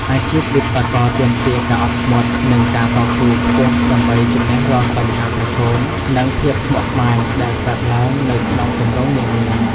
អាជីពវិស្វករទាមទារ ការអត់ធ្មត់ និងការតស៊ូ ខ្ពស់ ដើម្បី ជំនះរាល់បញ្ហាប្រឈម និងភាពស្មុគស្មាញដែលកើតឡើងនៅក្នុងគម្រោងនានា។